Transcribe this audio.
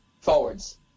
forwards